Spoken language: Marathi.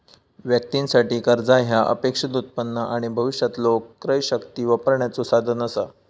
व्यक्तीं साठी, कर्जा ह्या अपेक्षित उत्पन्न आणि भविष्यातलो क्रयशक्ती वापरण्याचो साधन असा